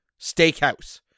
Steakhouse